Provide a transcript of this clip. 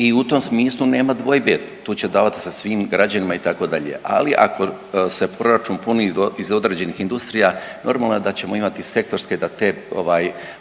I u tom smislu nema dvojbe, tu će davati se svim građanima itd., ali ako se proračun puni iz određenih industrija normalno je da ćemo imati sektorske da te podržavaš